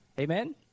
amen